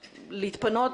להתפנות,